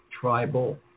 tribal